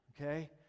okay